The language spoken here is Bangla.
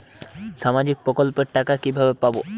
সামাজিক প্রকল্পের টাকা কিভাবে পাব?